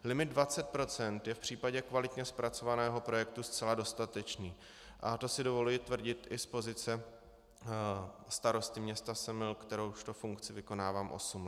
Limit 20 % je v případě kvalitně zpracovaného projektu zcela dostatečný a to si dovoluji tvrdit i z pozice starosty města Semil, kteroužto funkci vykonávám osm let.